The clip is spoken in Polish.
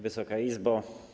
Wysoka Izbo!